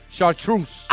Chartreuse